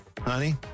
honey